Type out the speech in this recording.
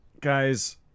Guys